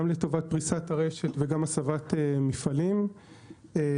גם לטובת פרישת הרשת וגם הסבת מפעלים והנושא